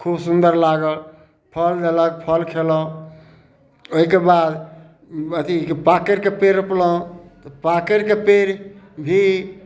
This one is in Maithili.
खूब सुन्दर लागल फल देलक फल खेलहुँ ओइके बाद अथी पाकरिके पेड़ रोपलहुँ तऽ पाकरिके पेड़ भी